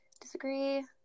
Disagree